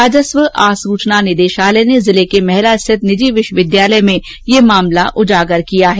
राजस्व आसूचना निदेशालय ने जिले के महला स्थित निजी विश्वविद्यालय में यह मामला उजागर किया है